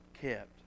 kept